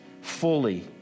fully